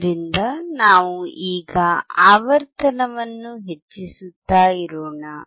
ಆದ್ದರಿಂದನಾವು ಈಗ ಆವರ್ತನವನ್ನು ಹೆಚ್ಚಿಸುತ್ತಾ ಇರೋಣ